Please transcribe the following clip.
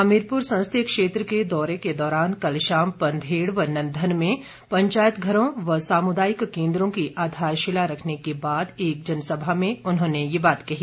हमीरपुर संसदीय क्षेत्र के दौरे के दौरान कल शाम पंधेड़ व नंधन में पंचायत घरों व सामुदायिक केन्द्रों की आधारशिला रखने के बाद एक जनसभा में उन्होंने ये बात कही